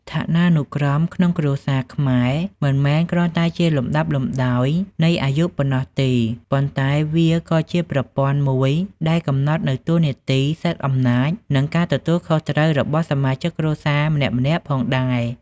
ឋានានុក្រមក្នុងគ្រួសារខ្មែរ មិនមែនគ្រាន់តែជាលំដាប់លំដោយនៃអាយុប៉ុណ្ណោះទេ ប៉ុន្តែវាក៏ជាប្រព័ន្ធមួយដែលកំណត់នូវ តួនាទី សិទ្ធិអំណាច និងការទទួលខុសត្រូវ របស់សមាជិកគ្រួសារម្នាក់ៗផងដែរ។